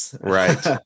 Right